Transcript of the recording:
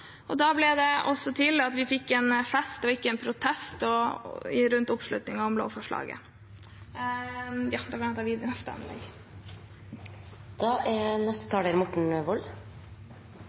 og da ble det også til at vi fikk en fest, ikke en protest, rundt oppslutningen om lovforslaget. Først er det